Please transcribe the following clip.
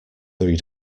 three